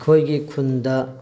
ꯑꯩꯈꯣꯏꯒꯤ ꯈꯨꯟꯗ